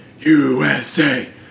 USA